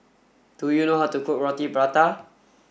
do you know how to cook Roti Prata